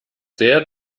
sehr